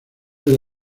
del